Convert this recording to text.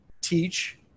teach